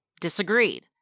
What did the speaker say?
disagreed